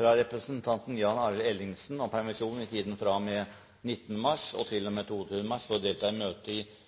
fra representanten Jan Arild Ellingsen om permisjon i tiden fra og med 19. mars til og med 22. mars for å delta i møte i